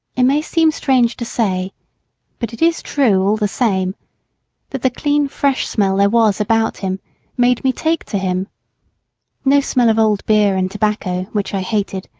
it may seem strange to say but it is true all the same that the clean, fresh smell there was about him made me take to him no smell of old beer and tobacco, which i hated,